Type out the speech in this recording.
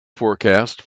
forecast